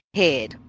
head